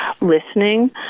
listening